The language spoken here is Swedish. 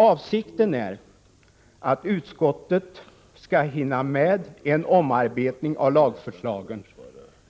Avsikten är att utskottet skall hinna med en omarbetning av lagförslagen